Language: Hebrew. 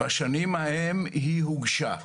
בשנים ההן היא הוגשה.